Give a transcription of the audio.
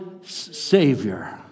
Savior